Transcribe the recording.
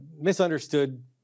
misunderstood